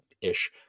ish